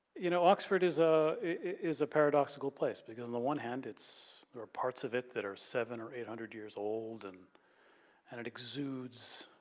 you know oxford is ah is a paradoxical place because on the one hand there are parts of it that are seven or eight hundred years old and and it exudes